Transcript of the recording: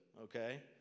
okay